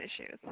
issues